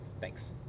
Thanks